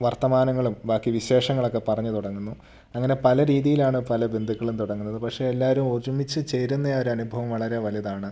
വർത്തമാനങ്ങളും ബാക്കി വിശേഷങ്ങൾ ഒക്കെ പറഞ്ഞു തുടങ്ങുന്നു അങ്ങനെ പല രീതിയിലാണ് പല ബന്ധുക്കളും തുടങ്ങുന്നത് പക്ഷേ എല്ലാവരും ഒരുമിച്ച് ചേരുന്ന ഒരു അനുഭവം വളരെ വലുതാണ്